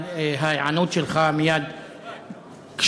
על ההיענות שלך מייד כשפניתי.